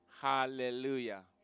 Hallelujah